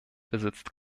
besitzt